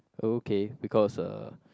okay because uh